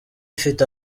ifite